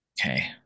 Okay